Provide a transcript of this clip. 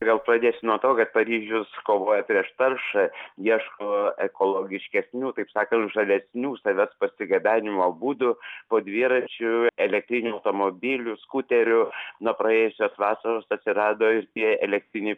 vėl pradėsiu nuo to kad paryžius kovoja prieš taršą ieško ekologiškesnių taip sakant žalesnių savęs parsigabenimo būdų po dviračių elektrinių automobilių skuterių nuo praėjusios vasaros atsirado ir tie elektriniai